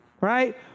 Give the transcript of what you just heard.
right